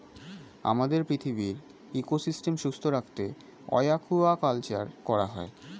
আমাদের পৃথিবীর ইকোসিস্টেম সুস্থ রাখতে অ্য়াকুয়াকালচার করা হয়